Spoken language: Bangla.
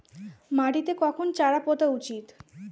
মাটিতে কখন চারা পোতা উচিৎ?